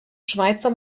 schweizer